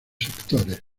sectores